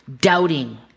doubting